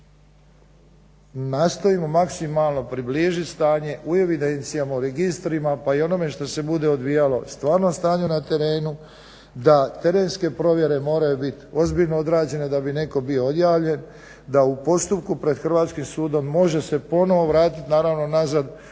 nastavimo maksimalno približit stanje u evidencijama, u registrima pa i onome što se bude odvijalo stvarnom stanju na terenu da terenske provjere moraju biti ozbiljno odrađene da bi neko bio odjavljen, da u postupku pred hrvatskim sudom može se ponovo vratit naravno nazad